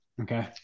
Okay